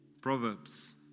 Proverbs